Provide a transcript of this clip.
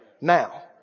Now